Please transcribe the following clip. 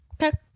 okay